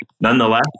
nonetheless